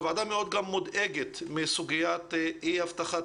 הוועדה מאוד מודאגת מסוגיית אי הבטחת